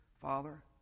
Father